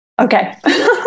Okay